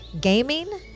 gaming